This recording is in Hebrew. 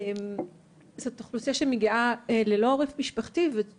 זאת אוכלוסייה שמגיעה ללא עורף משפחתי וזאת